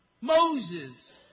Moses